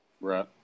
right